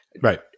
Right